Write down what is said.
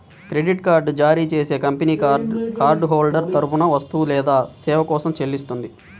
credit card జారీ చేసే company card holder తరపున వస్తువు లేదా సేవ కోసం చెల్లిస్తుంది